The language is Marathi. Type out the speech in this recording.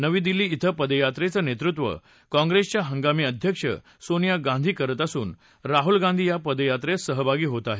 नवी दिल्ली क्वें पदयात्रेचं नेतृत्व काँप्रेसच्या हंगामी अध्यक्ष सोनिया गांधी करणार असून राहुल गांधी या पदयात्रेत सहभागी होणार आहेत